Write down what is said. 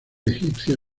egipcia